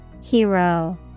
Hero